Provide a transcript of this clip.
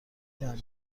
جمع